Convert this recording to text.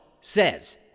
says